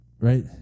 right